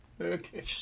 okay